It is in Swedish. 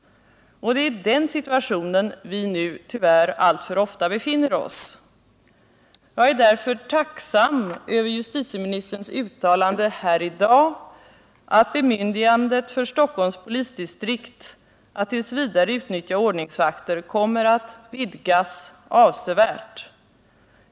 Det är i en situation utan någon övervakning över huvud taget som vi nu tyvärr alltför ofta befinner oss. Jag är därför tacksam över justitieministerns uttalande här i dag att bemyndigandet för Stockholms polisdistrikt att t. v. utnyttja ordningsvakter kommer att vidgas avsevärt.